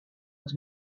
els